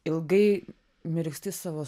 ilgai mirksti savo